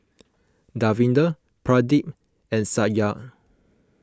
Davinder Pradip and Satya